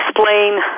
explain